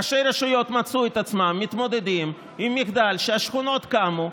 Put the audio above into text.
ראשי רשויות מצאו את עצמם מתמודדים עם מחדל שהשכונות קמו,